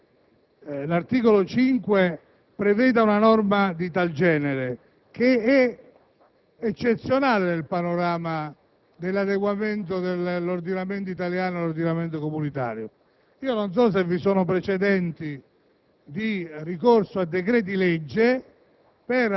Credo sia significativo che l'articolo 5 preveda una norma di tal genere, eccezionale nel panorama dell'adeguamento dell'ordinamento italiano all'ordinamento comunitario. Non so se vi sono precedenti